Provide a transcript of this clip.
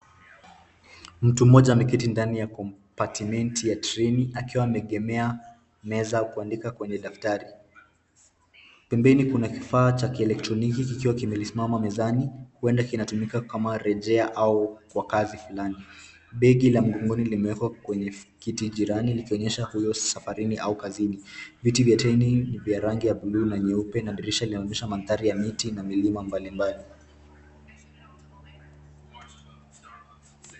Mtu mmoja ameketi ndani ya kompatimenti ya treni akiwa ameegemea meza kuandika kwenye daftari. Pembeni kuna kifaa cha kieletroniki kikiwa kimesimama mezani, huenda kinatumika kama rejea au kwa kazi fulani. Begi la mgongoni limeekwa kwenye kiti jirani likionyesha yuko safarini au kazini. Viti vya treni ni vya rangi ya blue na nyeupe na dirisha inaonyesha mandhari ya miti na milima mbalimbali.